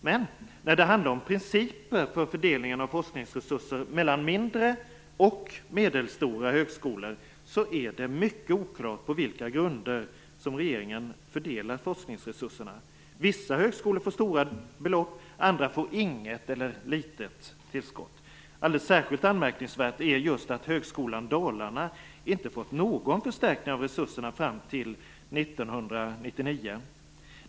Men när det handlar om principer för fördelningen av forskningsresurser mellan mindre och medelstora högskolor är det mycket oklart på vilka grunder regeringen fördelat forskningsresurserna. Vissa högskolor får stora belopp, andra får inget eller litet tillskott. Särskilt anmärkningsvärt är just att Högskolan Dalarna inte fått någon förstärkning av resurserna fram till 1999.